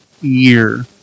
year